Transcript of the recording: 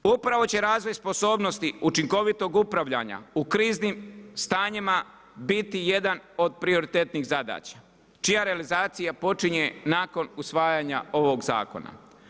Upravo će razvoj sposobnosti učinkovitog upravljanja u kriznim stanjima biti jedan od prioritetnih zadaća čija realizacija počinje nakon usvajanja ovog zakona.